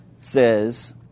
says